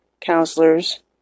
counselors